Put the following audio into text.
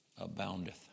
aboundeth